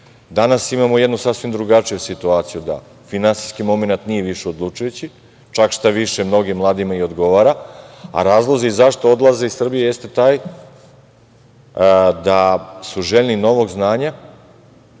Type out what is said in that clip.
danas imamo jednu sasvim drugačiju situaciju. Finansijski momenat nije više odlučujući, čak šta više, mnogim mladima i odgovara, a razlozi zašto odlaze iz Srbije jeste taj da su željni novog znanja,